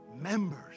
members